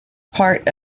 part